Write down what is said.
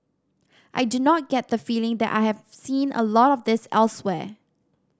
I do not get the feeling that I have seen a lot of this elsewhere